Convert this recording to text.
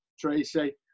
Tracy